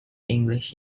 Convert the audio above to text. english